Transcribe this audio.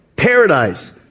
Paradise